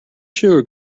sugar